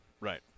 Right